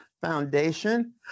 foundation